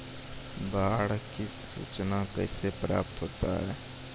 बाढ की सुचना कैसे प्राप्त होता हैं?